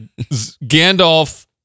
Gandalf